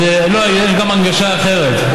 יש גם הנגשה אחרת.